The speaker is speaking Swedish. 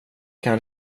kan